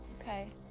okay.